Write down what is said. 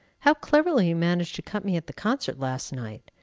how cleverly you managed to cut me at the concert last night!